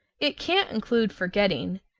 it can't include forgetting,